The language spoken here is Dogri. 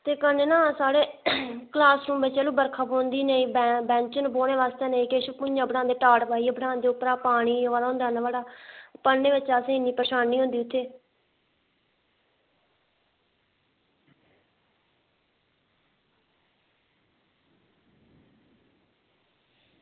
ते इक्क होर ना साढ़े क्लॉस रूम च ना बर्खा पौंदी ते नेईं बैंच न बौह्ने आस्तै भुंञां पढ़ांदे टाट पाइयै पानी आवा दा होंदा इन्ना बड़ा पढ़ने बिच इन्नी परेशानी होंदी इत्थें